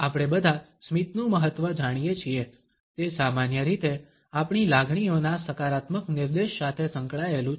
આપણે બધા સ્મિતનું મહત્વ જાણીએ છીએ તે સામાન્ય રીતે આપણી લાગણીઓના સકારાત્મક નિર્દેશ સાથે સંકળાયેલું છે